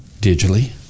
digitally